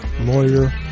lawyer